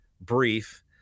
brief